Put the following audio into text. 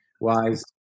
Wise